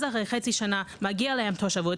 אז אחרי חצי שנה מגיע להם תושבות,